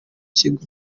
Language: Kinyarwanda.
kigo